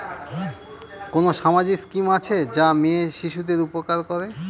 কোন সামাজিক স্কিম আছে যা মেয়ে শিশুদের উপকার করে?